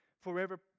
forever